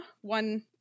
one